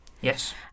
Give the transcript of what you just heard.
Yes